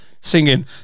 singing